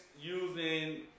using